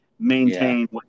Maintain